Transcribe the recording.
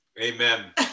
Amen